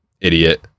idiot